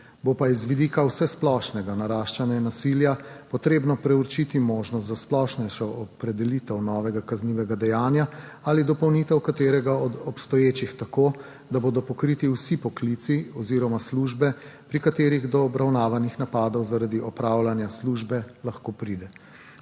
bo pa z vidika vsesplošnega naraščanja nasilja potrebno preučiti možnost za splošnejšo opredelitev novega kaznivega dejanja ali dopolnitev katerega od obstoječih tako, da bodo pokriti vsi poklici oziroma službe, pri katerih lahko pride do obravnavanih napadov zaradi opravljanja službe.